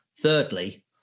Thirdly